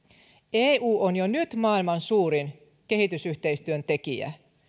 eu on jo nyt maailman suurin kehitysyhteistyön tekijä